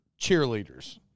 cheerleaders